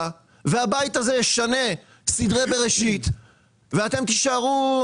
והבית הזה ישנה סדרי בראשית ואתם תישארו,